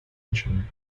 nation